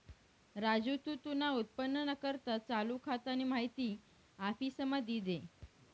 राजू तू तुना उत्पन्नना करता चालू खातानी माहिती आफिसमा दी दे